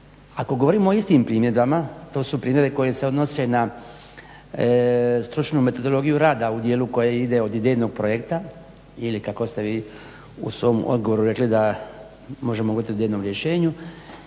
Ako govorimo o istim primjedbama, to su primjedbe koje se odnose na stručnu metodologiju rada u dijelu koji ide od idejnog projekta ili kako ste vi u svom odgovoru rekli da možemo … /Govornik se ne